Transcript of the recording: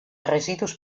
residus